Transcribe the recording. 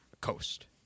Coast